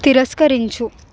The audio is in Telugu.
తిరస్కరించు